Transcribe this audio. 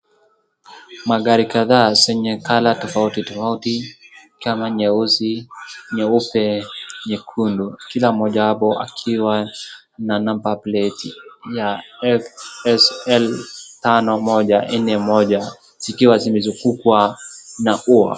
Magari kadhaa zenye color tofautitofauti kama nyeusi, nyeupe, nyekundu, kila mojawapo akiwa na number plate ya SL5141 zikiwa zimezungukwa na ua.